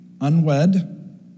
unwed